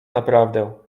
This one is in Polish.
naprawdę